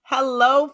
Hello